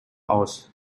aus